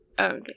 Okay